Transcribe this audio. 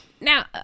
Now